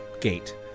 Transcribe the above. Gate